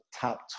top